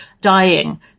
dying